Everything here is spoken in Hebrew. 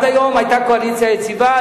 עד היום היתה קואליציה יציבה.